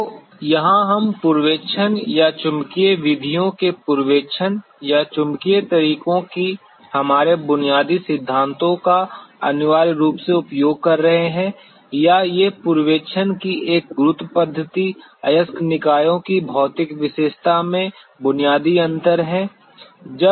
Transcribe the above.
तो यहां हम पूर्वेक्षण या चुंबकीय विधियों के पूर्वेक्षण या चुंबकीय तरीकों की हमारे बुनियादी सिद्धांतों का अनिवार्य रूप से उपयोग कर रहे हैं या ये पूर्वेक्षण की एक गुरुत्व पद्धति अयस्क निकायों की भौतिक विशेषता में बुनियादी अंतर हैं